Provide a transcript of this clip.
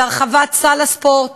בהרחבת סל הספורט,